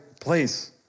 place